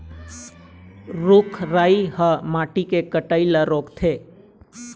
रूख राई ह माटी के कटई ल रोकथे